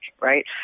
Right